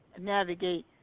navigate